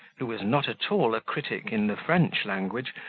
who was not at all a critic in the french language,